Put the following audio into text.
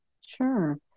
Sure